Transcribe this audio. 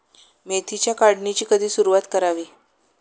मेथीच्या काढणीची कधी सुरूवात करावी?